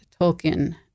Tolkien